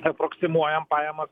aproksimuojam pajamas